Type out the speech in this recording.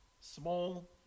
small